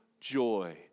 joy